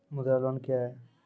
मुद्रा लोन क्या हैं?